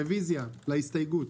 רביזיה על ההסתייגות.